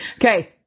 Okay